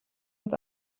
und